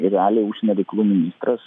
realiai užsienio reikalų ministras